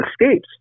escapes